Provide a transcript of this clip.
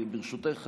ברשותך,